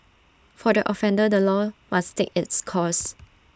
for the offender the law must take its course